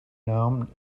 known